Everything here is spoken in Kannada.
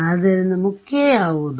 ಆದ್ದರಿಂದ ಮುಖ್ಯ ಯಾವುದು